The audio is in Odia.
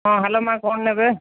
ହଁ ହ୍ୟାଲୋ ମାଆ କ'ଣ ନେବେ